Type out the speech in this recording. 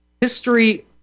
History